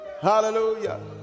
Hallelujah